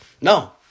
No